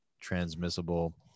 transmissible